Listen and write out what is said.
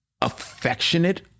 affectionate